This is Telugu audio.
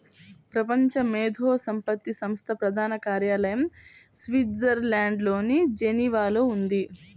ప్రపంచ మేధో సంపత్తి సంస్థ ప్రధాన కార్యాలయం స్విట్జర్లాండ్లోని జెనీవాలో ఉంది